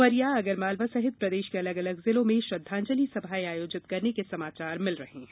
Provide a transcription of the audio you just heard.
उमरिया आगरमालवा सहित प्रदेश के अलग अलग जिलों में श्रद्धांजलि सभाएं आयोजित करने के समाचार मिल रहे हैं